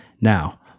Now